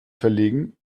verlegen